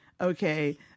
okay